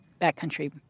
backcountry